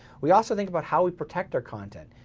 we also think about how we protect our content.